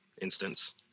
instance